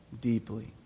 deeply